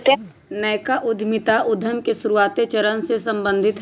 नयका उद्यमिता उद्यम के शुरुआते चरण से सम्बंधित हइ